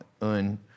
Un